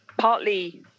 partly